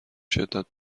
شدت